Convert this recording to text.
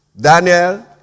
Daniel